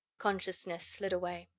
consciousness slid away.